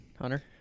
Hunter